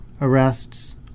arrests